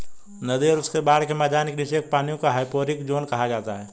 नदी और उसके बाढ़ के मैदान के नीचे के पानी को हाइपोरिक ज़ोन कहा जाता है